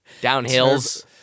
Downhills